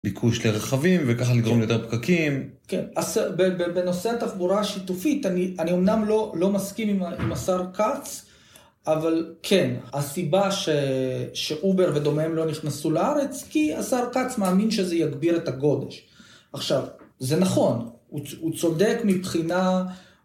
ביקוש לרחבים, וככה לגרום יותר פקקים. כן, בנושא התחבורה השיתופית, אני אומנם לא לא מסכים עם השר קאץ, אבל כן, הסיבה שאובר ודומהם לא נכנסו לארץ, כי השר קאץ מאמין שזה יגביר את הגודש. עכשיו, זה נכון, הוא צודק מבחינה...